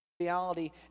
reality